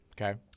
okay